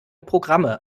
programme